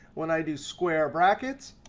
when i do square brackets,